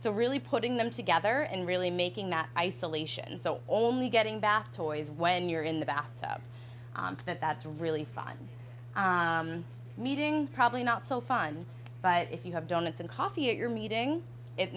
so really putting them together and really making that isolation so only getting bath toys when you're in the bath tub that that's really fun meeting probably not so fun but if you have donuts and coffee at your meeting it